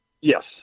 Yes